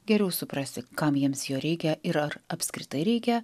geriau suprasti kam jiems jo reikia ir ar apskritai reikia